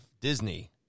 Disney